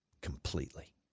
completely